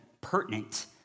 pertinent